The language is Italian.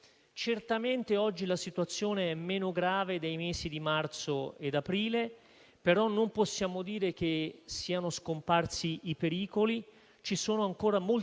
Non mi sento di condividere nemmeno le critiche che sono state rivolte alla maggioranza e al Governo per il metodo che si è seguito durante questa emergenza.